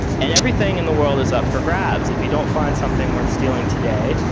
and everything in the world is up for grabs. if you don't find something worth stealing today,